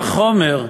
עולם החומר,